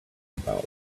about